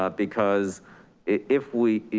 ah because if we,